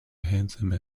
handsome